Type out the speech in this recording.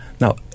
Now